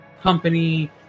company